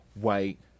white